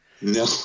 No